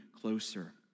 closer